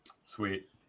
Sweet